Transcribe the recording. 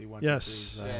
Yes